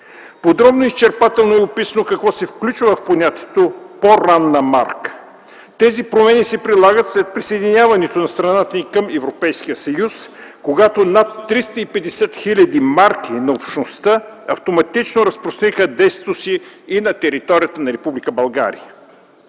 подробно и изчерпателно е описано какво се включва в понятието „по-ранна марка”. Тези промени се налагат след присъединяването на страната ни към Европейския съюз, когато над 350 хил. марки на Общността автоматично разпространиха действието си на територията на